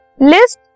List